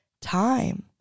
time